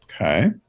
Okay